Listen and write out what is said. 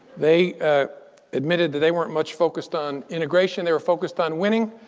they ah admitted that they weren't much focused on integration, they were focused on winning.